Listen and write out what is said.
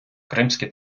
кримські